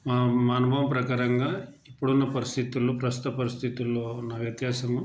మా అనుభవ ప్రకారంగా ఇప్పుడున్న పరిస్థితులు ప్రస్తుత పరిస్థితుల్లో ఉన్న వ్యత్యాసము